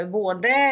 både